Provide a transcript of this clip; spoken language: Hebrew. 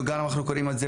גם אנחנו קוראים על זה,